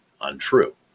untrue